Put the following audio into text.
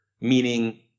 meaning